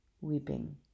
weeping